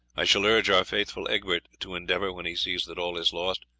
i shall urge our faithful egbert to endeavour, when he sees that all is lost,